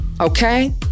Okay